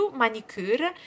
manicure